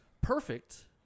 perfect